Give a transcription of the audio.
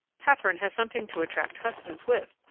catherine has something to attract husbands with,